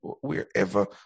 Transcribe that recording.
Wherever